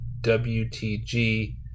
WTG